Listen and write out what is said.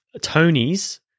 Tony's